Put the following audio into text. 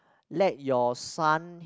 let your son